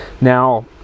Now